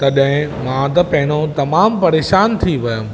तॾहिं मां त पहिरियों तमामु परेशान थी वयमि